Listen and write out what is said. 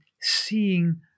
seeing